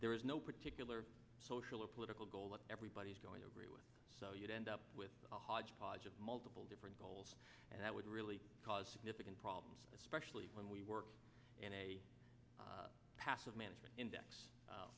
there is no particular social or political goal that everybody's going to agree with so you'd end up with a hodgepodge of multiple different goals and that would really cause significant problems especially when we work in a passive management index